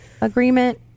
agreement